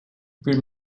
peer